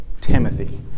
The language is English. Timothy